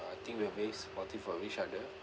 I think we are very supportive of each other